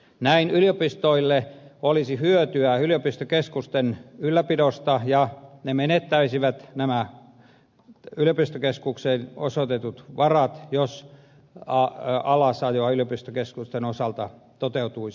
näin yliopistoille olisi hyötyä yliopistokeskusten ylläpidosta ja ne menettäisivät nämä yliopistokeskukseen osoitetut varat jos alasajo yliopistokeskusten osalta toteutuisi